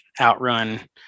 outrun